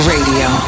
Radio